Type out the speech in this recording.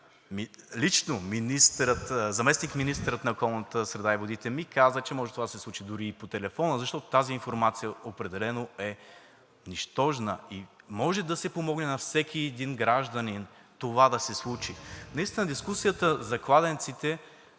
Лично заместник-министърът на околната среда и водите ми каза, че може това да се случи дори и по телефона, защото тази информация определено е нищожна. Може да се помогне на всеки един гражданин това да се случи. Наистина дискусията за кладенците